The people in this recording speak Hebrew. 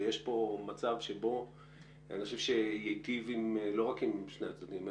ויש פה מצב שייטיב לא רק עם שני הצדדים,